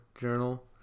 journal